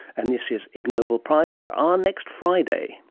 and this year's ig noble prizes are next friday.